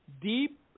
deep